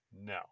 no